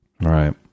Right